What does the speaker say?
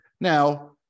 Now